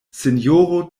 sinjoro